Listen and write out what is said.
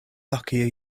luckier